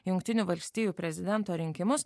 jungtinių valstijų prezidento rinkimus